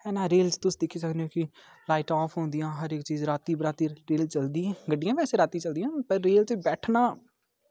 कन्नै रेल च तुस दिक्खी सकने ओ कि लाइट आफ होंदियां हर इक रातीं बरातीं रेल चलदी गड्डियां बी वैसे रातीं चलदियां पर रेल च बैठना